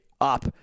up